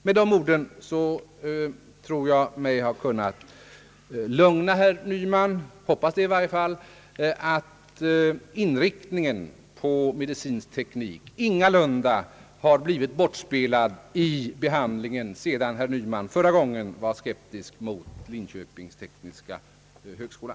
Med dessa ord tror jag mig ha kunnat lugna herr Nyman — jag hoppas det i varje fall — att inriktningen på medicinsk teknik ingalunda har tappats bort sedan herr Nyman förra gången var skeptisk mot inrättandet av Linköpings tekniska högskola.